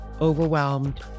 overwhelmed